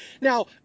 Now